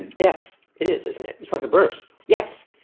yes, it is isn't it. it's like a burst. yes.